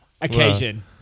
occasion